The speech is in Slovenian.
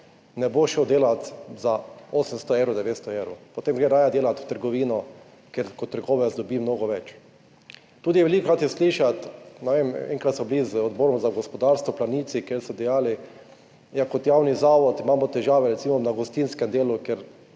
ne bo šel delat za 800 evrov, 900 evrov, potem gre raje delati v trgovino, ker kot trgovec dobi mnogo več. Velikokrat je tudi slišati, ne vem, enkrat smo bili z Odborom za gospodarstvo v Planici, kjer so dejali, kot javni zavod imamo težave na gostinskem delu,